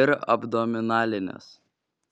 ir abdominalinės